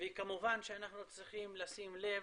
כמובן שאנחנו צריכים לשים לב